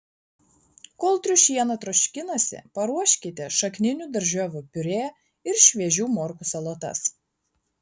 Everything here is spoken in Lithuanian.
kol triušiena troškinasi paruoškite šakninių daržovių piurė ir šviežių morkų salotas